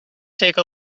take